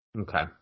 Okay